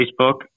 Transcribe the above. Facebook